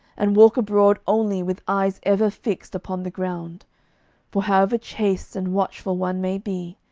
and walk abroad only with eyes ever fixed upon the ground for however chaste and watchful one may be,